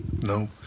No